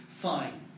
Fine